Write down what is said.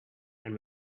and